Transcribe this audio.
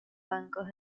bancos